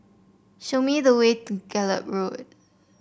show me the way to Gallop Road